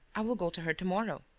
i will go to her to-morrow.